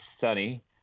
sunny